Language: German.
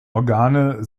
organe